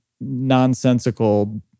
nonsensical